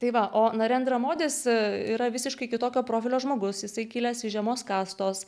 tai va o narendra modis yra visiškai kitokio profilio žmogus jisai kilęs iš žemos kastos